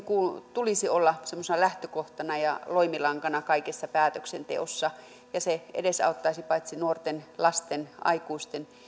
tulisi olla semmoisena lähtökohtana ja loimilankana kaikessa päätöksenteossa se edesauttaisi paitsi nuorten ja lasten myös aikuisten ja